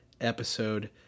episode